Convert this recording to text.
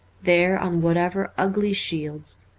there on whatever ugly shields,